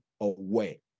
away